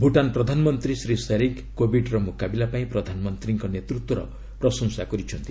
ଭୁଟାନ୍ ପ୍ରଧାନମନ୍ତ୍ରୀ ଶ୍ରୀ ଶେରିଙ୍ଗ୍ କୋବିଡ୍ର ମୁକାବିଲା ପାଇଁ ପ୍ରଧାନମନ୍ତ୍ରୀଙ୍କ ନେତୃତ୍ୱର ପ୍ରଶଂସା କରିଛନ୍ତି